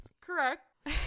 Correct